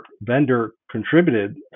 vendor-contributed